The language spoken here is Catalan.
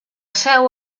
seu